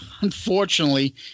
unfortunately